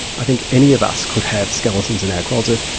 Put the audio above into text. i think any of us could have skeletons in our closet,